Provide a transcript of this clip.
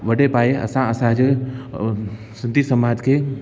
वॾे भाई असां असांजे अ सिंधी समाज खे